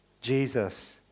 Jesus